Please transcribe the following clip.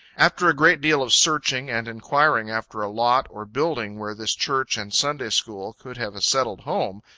after a great deal of searching and enquiring after a lot or building, where this church and sunday school could have a settled home,